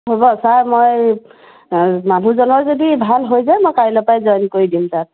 হ'ব ছাৰ মই মানুহজনৰ যদি ভাল হৈ যায় মই কাইলৈ পৰাই জইন কৰি দিম ছাৰ